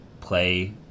play